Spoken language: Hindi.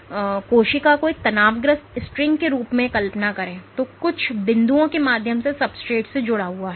तो कोशिका को एक तनावग्रस्त स्ट्रिंग के रूप में कल्पना करें जो कई बिंदुओं के माध्यम से सब्सट्रेट से जुड़ा हुआ है